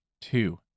Two